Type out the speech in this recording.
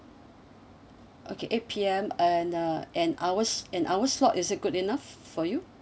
okay eight P_M and uh an hours an hours slot is it good enough for you